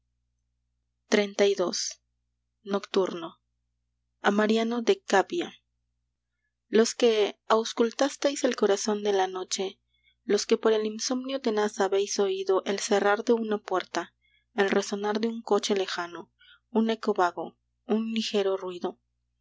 xxxii nocturno a mariano de cávia los que auscultasteis el corazón de la noche los que por el insomnio tenaz habéis oído el cerrar de una puerta el resonar de un coche lejano un eco vago un ligero ruido